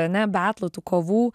ane betlų tų kovų